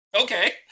Okay